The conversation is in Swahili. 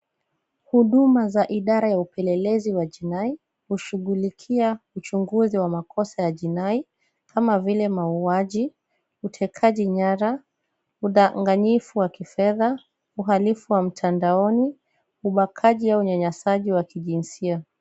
Huduma za idara ya upelelezi wa jinai hushughulikia uchunguzi wa makosa wa jinai kama vile mauaji, utekaji nyara, udanganyifu wa kifedha, uhalifu wa mtandaoni, ubakaji au unyanyasaji wa kijinsia.